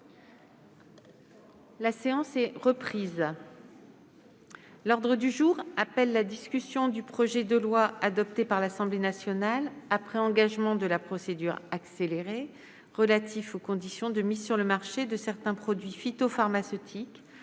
La séance est reprise. L'ordre du jour appelle la discussion du projet de loi, adopté par l'Assemblée nationale après engagement de la procédure accélérée, relatif aux conditions de mise sur le marché de certains produits phytopharmaceutiques